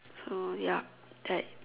uh yup that